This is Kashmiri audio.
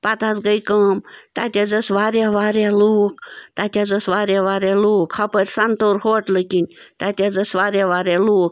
پَتہٕ حظ گٔے کٲم تَتہِ حظ ٲسۍ واریاہ واریاہ لوٗکھ تَتہِ حظ ٲسۍ واریاہ واریاہ لوٗکھ ہۄپٲرۍ سَنتوٗر ہوٹلہٕ کِنۍ تَتہِ حظ ٲسۍ واریاہ واریاہ لوٗکھ